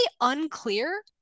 unclear